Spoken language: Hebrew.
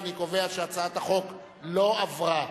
אני קובע שהצעת החוק לא עברה.